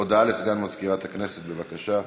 הודעה לסגן מזכירת הכנסת, בבקשה.